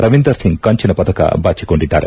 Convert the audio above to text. ರವೀಂದರ್ ಸಿಂಗ್ ಕಂಚಿನ ಪದಕ ಬಾಚಿಕೊಂಡಿದ್ದಾರೆ